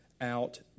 out